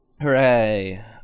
Hooray